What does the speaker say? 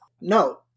No